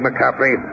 McCaffrey